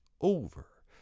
over